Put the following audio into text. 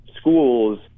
schools